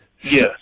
Yes